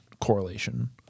correlation